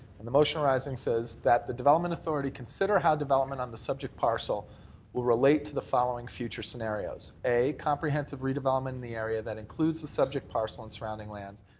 and the motion arising says that the development authority consider how development on the subject parcel will relate to the following future scenarios. a, comprehensive redevelopment in the area that includes the subject parcel and surrounding lands.